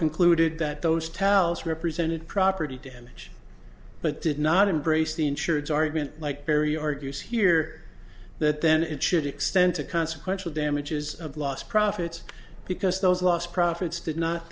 concluded that those tiles represented property damage but did not embrace the insureds argument like barry argues here that then it should extend to consequential damages of lost profits because those lost profits did not